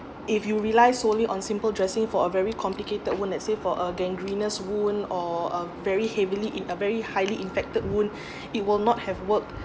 if you rely solely on simple dressing for a very complicated wound let's say for a gangrenous wound or a very heavily in a very highly infected wound it will not have worked